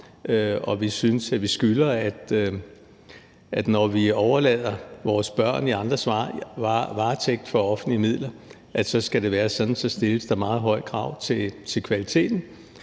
vi synes, at vi skylder, at der, når vi overlader vores børn i andres varetægt for offentlige midler, stilles meget høje krav til kvaliteten.